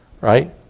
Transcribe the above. Right